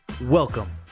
Welcome